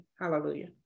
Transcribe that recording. Hallelujah